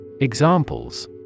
Examples